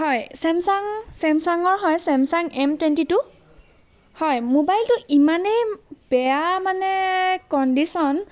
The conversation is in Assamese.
হয় চেমচাং চেমচাঙৰ হয় চেমচাং এম টুৱেণ্টি টু হয় মোবাইলটো ইমানেই বেয়া মানে কণ্ডিশ্যন